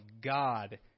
God